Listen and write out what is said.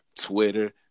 Twitter